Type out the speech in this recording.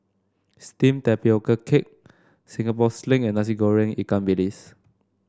steamed Tapioca Cake Singapore Sling and Nasi Goreng Ikan Bilis